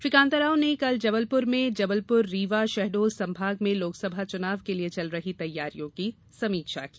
श्री कांताराव ने कल जबलपुर में जबलपुर रीवा और शहडोल सम्भाग में लोकसभा चुनाव के लिए चल रही तैयारियों की समीक्षा की